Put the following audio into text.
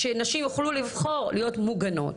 שנשים יוכלו לבחור להיות מוגנות.